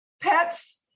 Pets